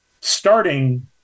starting